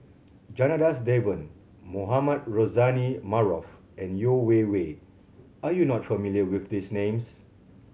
Janadas Devan Mohamed Rozani Maarof and Yeo Wei Wei are you not familiar with these names